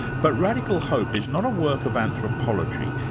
but radical hope is not a work of anthropology,